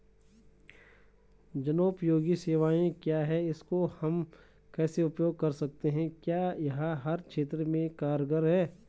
जनोपयोगी सेवाएं क्या क्या हैं इसको हम कैसे उपयोग कर सकते हैं क्या यह हर क्षेत्र में कारगर है?